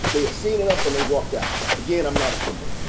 they had seen enough and they walked out. again, i'm not offended.